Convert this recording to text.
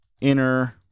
inner